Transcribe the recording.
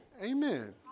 Amen